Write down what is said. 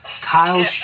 Kyle